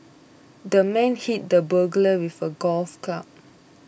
the man hit the burglar with a golf club